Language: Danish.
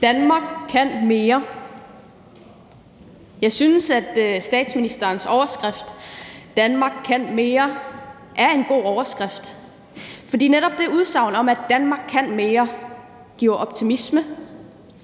Danmark kan mere. Jeg synes, at statsministerens overskrift »Danmark kan mere« er en god overskrift, for netop det udsagn, at »Danmark kan mere«, giver optimisme,